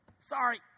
sorry